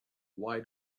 why